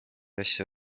asju